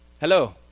hello